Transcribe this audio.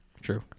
True